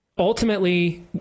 Ultimately